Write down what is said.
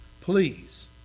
Please